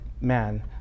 man